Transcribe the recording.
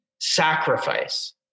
sacrifice